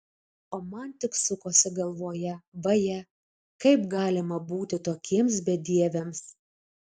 o man tik sukosi galvoje vaje kaip galima būti tokiems bedieviams